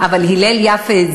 אבל הלל יפה,